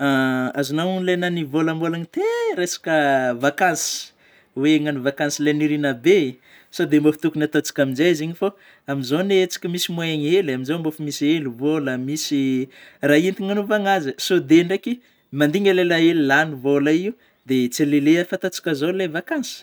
Azonao mo ilay ianao nivôlambolagna te raha resaka vakansy, oe agnano vankasy le ririna be, sode mbô ho tokony ataontsika amin'izay izy iny fô, amin'izao anie tsika misy moyen hely eh, amin'izao mbô efa misy hely vôla misy raha entigna agnaovana azy ,sode ndraiky mandingana elaela lany vôla io; dia tsy aleo le efa ataontsika zao le vakansy.